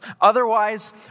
Otherwise